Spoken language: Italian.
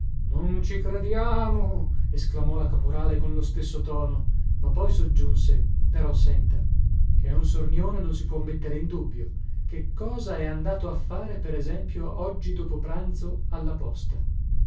non ci crediamo esclamò la caporale con lo stesso tono ma poi soggiunse però senta che è un sornione non si può mettere in dubbio che cosa è andato a fare per esempio oggi dopopranzo alla posta